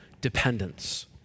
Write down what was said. dependence